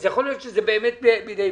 יכול להיות שזה בידי פקידים,